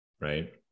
Right